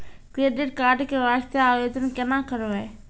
Credit card के वास्ते आवेदन केना करबै?